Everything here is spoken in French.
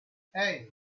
hey